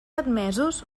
admesos